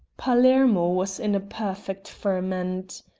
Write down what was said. palermo was in a perfect ferment.